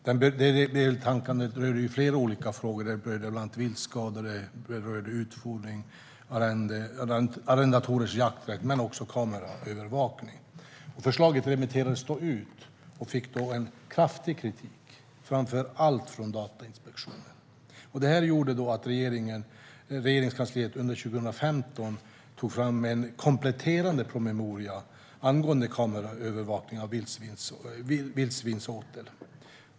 Detta delbetänkande rörde flera olika frågor, bland annat viltskador, utfodring och arrendatorers jakträtt - men också kameraövervakning. Förslaget remitterades ut och fick kraftig kritik, framför allt från Datainspektionen. Det gjorde att Regeringskansliet under 2015 tog fram en kompletterande promemoria angående kameraövervakning av vildsvinsåtel.